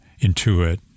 Intuit